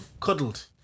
Cuddled